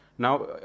Now